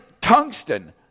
tungsten